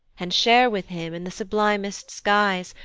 and share with him in the sublimest skies,